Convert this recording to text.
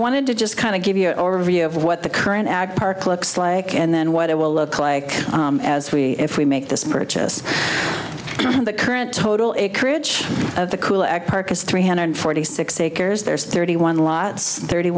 wanted to just kind of give you an overview of what the current ag park looks like and then what it will look like as we if we make this purchase the current total acreage of the cool at park is three hundred forty six acres there's thirty one lots thirty